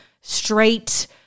straight